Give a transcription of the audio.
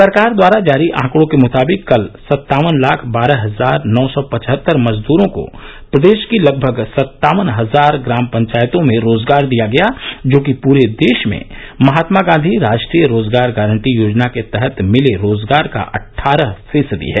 सरकार द्वारा जारी आंकड़ों के मुताबिक कल सत्तावन लाख बारह हजार नौ सौ पचहत्तर मजदूरों को प्रदेश की लगभग सत्तावन हजार ग्राम पंचायतों में रोजगार दिया गया र्जो कि पूरे देश में महात्मा गांधी राष्ट्रीय रोजगार गारंटी योजना के तहत मिले रोजगार का अठठारह फीसदी है